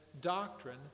doctrine